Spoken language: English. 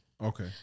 Okay